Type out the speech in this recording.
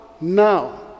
now